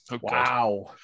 Wow